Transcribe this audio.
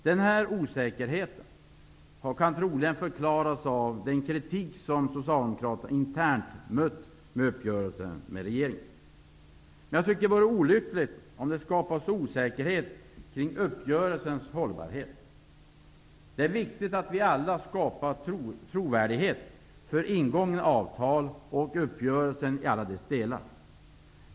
Den här osäkerheten kan troligen förklaras av den kritik som Socialdemokraterna mött internt för uppgörelsen med regeringen. Det vore olyckligt om det skulle skapas osäkerhet kring uppgörelsens hållbarhet. Det är viktigt att vi alla skapar trovärdighet för ingångna avtal och uppgörelsen i alla dess delar.